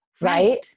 right